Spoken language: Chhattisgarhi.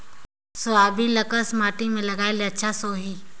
सोयाबीन ल कस माटी मे लगाय ले अच्छा सोही?